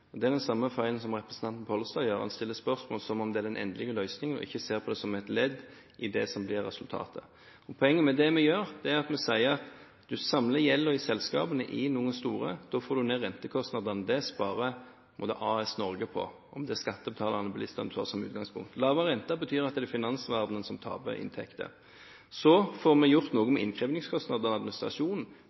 løsningen. Det er den samme feilen som representanten Pollestad gjør, at han stiller spørsmål som om det er den endelige løsningen, og ikke ser på det som et ledd i det som blir resultatet. Poenget med det vi gjør, er at vi sier at man samler gjelden i selskapene i noen store selskap. Da får man ned rentekostnadene. Det sparer AS Norge på, om det er skattebetalerne eller bilistene man tar som utgangspunkt. Lavere renter betyr at det er finansverdenen som taper inntekter. Så får vi gjort noe med innkrevingskostnader og